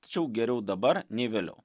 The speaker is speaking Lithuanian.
tačiau geriau dabar nei vėliau